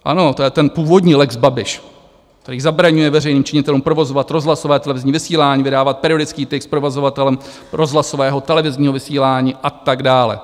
Ano, to je ten původní lex Babiš, který zabraňuje veřejným činitelům provozovat rozhlasové a televizní vysílání, vydávat periodický tisk, provozovatelem rozhlasového a televizního vysílání a tak dále.